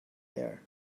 air